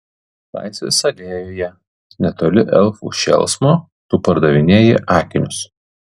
laisvės alėjoje netoli elfų šėlsmo tu pardavinėji akinius